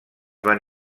van